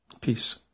Peace